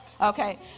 Okay